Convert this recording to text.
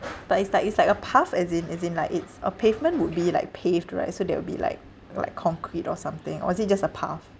but it's like it's like a path as in as in like it's a pavement would be like paved right so that will be like like concrete or something or is it just a path